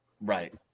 right